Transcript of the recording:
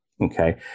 Okay